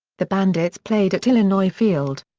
the bandits played at illinois field.